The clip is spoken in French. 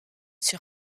sur